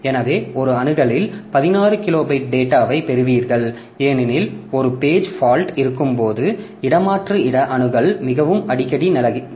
எனவே ஒரு அணுகலில் 16 கிலோ பைட் டேட்டாவைப் பெறுவீர்கள் ஏனெனில் ஒரு பேஜ் ஃபால்ட் இருக்கும்போது இடமாற்று இட அணுகல் மிகவும் அடிக்கடி நிகழ்கிறது